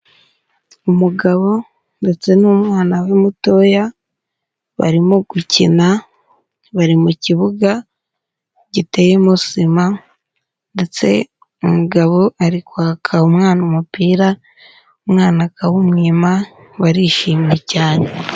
Umugabo ndetse n'umwana we mutoya, barimo gukina bari mu kibuga giteyemo sima ndetse umugabo ari kwaka umwana umupira, umwana akawumwima, barishimye cyane.